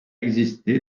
existé